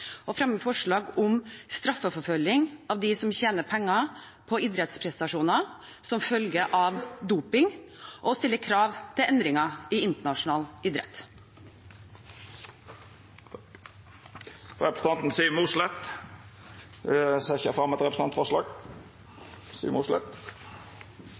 å fremme forslag om straffeforfølgning av dem som tjener penger på idrettsprestasjoner som følge av doping, og stille krav til endringer i internasjonal idrett. Representanten Siv Mossleth vil også setja fram eit representantforslag.